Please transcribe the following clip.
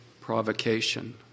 provocation